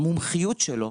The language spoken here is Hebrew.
המומחיות שלו,